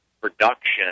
production